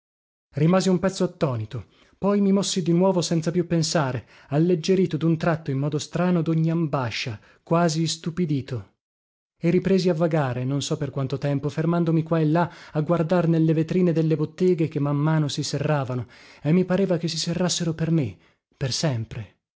rimasi un pezzo attonito poi mi mossi di nuovo senza più pensare alleggerito dun tratto in modo strano dogni ambascia quasi istupidito e ripresi a vagare non so per quanto tempo fermandomi qua e là a guardar nelle vetrine delle botteghe che man mano si serravano e mi pareva che si serrassero per me per sempre